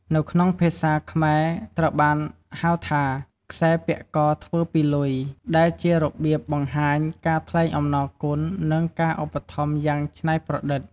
នៅក្នុងភាសាខ្មែរ ត្រូវបានហៅថា "ខ្សែពាក់កធ្វើពីលុយ" ដែលជារបៀបបង្ហាញការថ្លែងអំណរគុណនិងការឧបត្ថម្ភយ៉ាងច្នៃប្រឌិត។